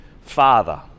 father